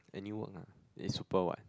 any work lah that is super what